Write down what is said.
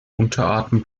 unterarten